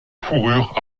fourrures